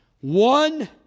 one